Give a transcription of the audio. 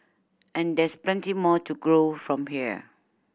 and there's plenty more to grow from here